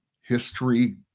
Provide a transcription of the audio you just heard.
history